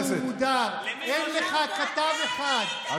אין לך כתב אחד,